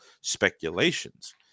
speculations